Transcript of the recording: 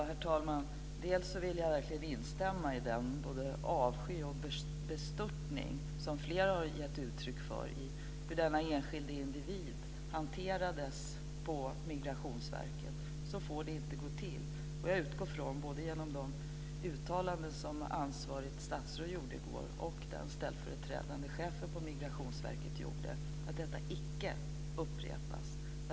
Herr talman! Jag vill verkligen instämma i den avsky och bestörtning som flera har gett uttryck för när det gäller hur denna enskilda individ hanterades på Migrationsverket. Så får det inte gå till. Jag utgår efter de uttalanden som ansvarigt statsråd och den ställföreträdande chefen på Migrationsverket gjorde i går från att detta icke upprepas.